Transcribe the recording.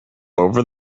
over